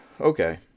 Okay